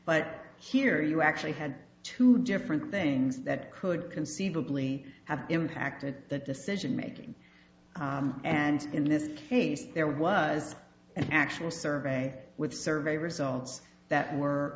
but here you actually had two different things that could conceivably have impacted the decision making and in this case there was an actual survey with survey results that were